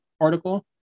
article